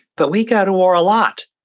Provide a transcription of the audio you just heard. but we go to war a lot.